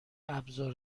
ابزار